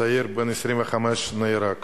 צעיר בן 25 נהרג.